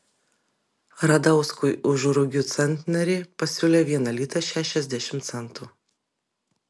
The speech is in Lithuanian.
radauskui už rugių centnerį pasiūlė vieną litą šešiasdešimt centų